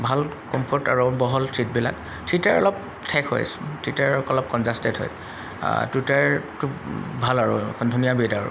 ভাল কম্ফৰ্ট আৰু বহল ছিটবিলাক থ্ৰী টায়াৰ অলপ ঠেক হয় থ্ৰী টায়াৰ অলপ কনজেষ্টেড হয় টু টায়াৰটো ভাল আৰু এখন ধুনীয়া বেড আৰু